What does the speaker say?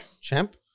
Champ